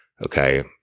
Okay